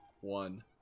one